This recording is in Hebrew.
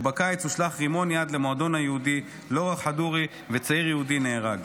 ובקיץ הושלך רימון יד למועדון היהודי לורה כדורי וצעיר יהודי נהרג.